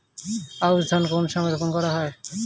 আউশ ধান কোন সময়ে রোপন করা হয়?